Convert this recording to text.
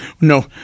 no